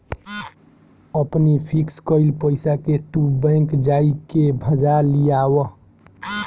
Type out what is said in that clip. अपनी फिक्स कईल पईसा के तू बैंक जाई के भजा लियावअ